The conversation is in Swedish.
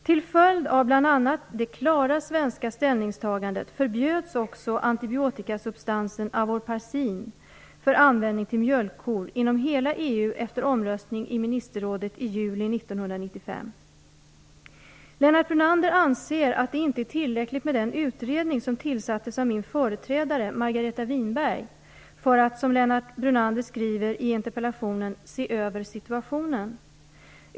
Till följd av bl.a. det klara svenska ställningstagandet förbjöds också antibiotikasubstansen avoparcin för användning till mjölkkor inom hela Lennart Brunander anser att det inte är tillräckligt med den utredning som tillsattes av min företrädare Margareta Winberg, för att som Lennart Brunander skriver i interpellationen "se över situationen".